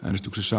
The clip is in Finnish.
äänestyksessä